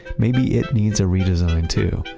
maybe it needs a redesign too,